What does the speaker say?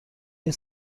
این